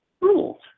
rules